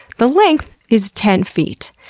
the length is ten feet.